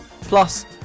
Plus